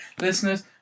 listeners